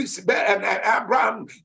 Abraham